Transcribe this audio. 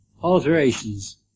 alterations